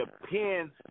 depends